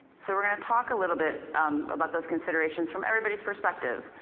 so we're gonna talk a little bit about those considerations from everybody's perspective.